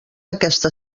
aquesta